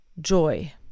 joy